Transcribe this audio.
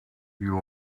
you